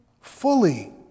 fully